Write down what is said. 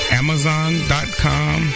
amazon.com